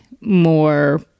more